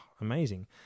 amazing